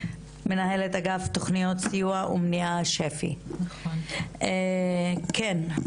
מלווה אתכם פסיכולוגית של שפ"י, של